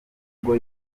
ubwo